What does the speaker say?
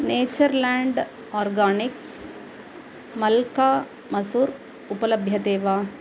Natureland Organics मल्का मसूर् उपलभ्यते वा